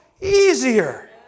easier